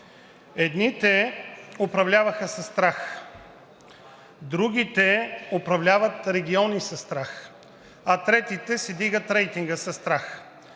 Едните управляваха със страх, другите управляват региони със страх, а третите си вдигат рейтинга със страх.